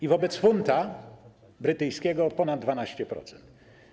i wobec funta brytyjskiego o ponad 12%.